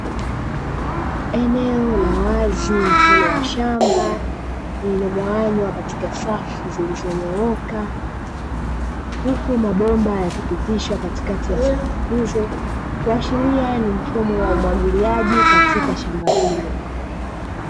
Eneo la wazi mfano wa shamba lililogawanywa katika safu zilizonyooka, huku mabomba yakipitishwa katikati ya safu hizo, kuashiria ni mfumo wa umwagiliaji katika shamba hilo.